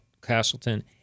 Castleton